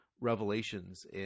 revelations